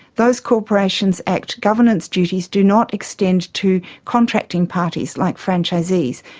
those corporations act governance duties do not extend to contracting parties like franchisees,